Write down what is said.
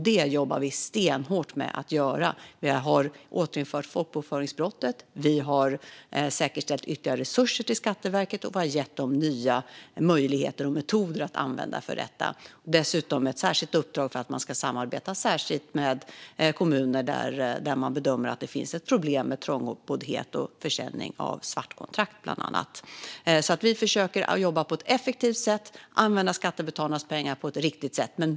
Det jobbar vi stenhårt med att göra. Vi har återinfört folkbokföringsbrottet. Vi har säkerställt ytterligare resurser till Skatteverket och gett det nya möjligheter och metoder att använda för detta. Verket har dessutom fått ett särskilt uppdrag för att det ska samarbeta särskilt med kommuner där man bedömer att det finns ett problem med bland annat trångboddhet och försäljning av svartkontrakt. Vi försöker att jobba på ett effektivt sätt och använda skattebetalarnas pengar på ett riktigt sätt.